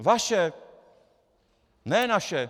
Vaše, ne naše.